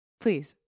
Please